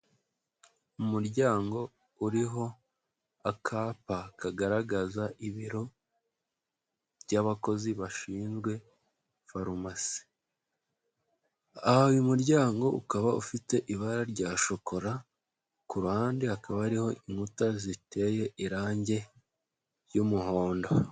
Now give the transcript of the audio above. Umuryango uriho akapa kagaragaza ibiro by'abakozi bashinzwe farumasi. Aha uyu muryango ukaba ufite ibara rya shokora, ku ruhande hakaba hariho inkuta ziteye irangi ry'umuhondo.